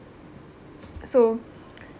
so